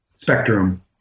spectrum